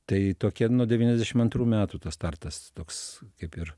tai tokia nuo devyniasdešim antrų metų tas startas toks kaip ir